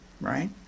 right